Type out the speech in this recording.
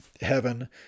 heaven